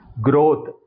growth